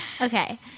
Okay